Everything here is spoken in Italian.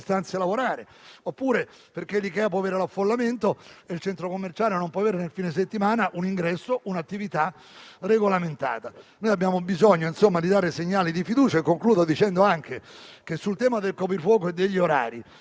lavorare. Perché l'IKEA può avere l'affollamento e il centro commerciale non può avere nel fine settimana un ingresso e un'attività regolamentati? Abbiamo bisogno, insomma, di dare segnali di fiducia. Concludo sul tema del coprifuoco e degli orari: